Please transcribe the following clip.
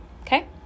okay